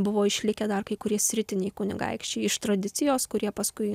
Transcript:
buvo išlikę dar kai kurie sritiniai kunigaikščiai iš tradicijos kurie paskui